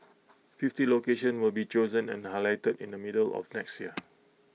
fifty locations will be chosen and highlighted in the middle of next year